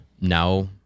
now